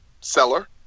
seller